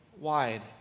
wide